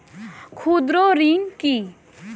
ক্ষুদ্র ঋণ কি?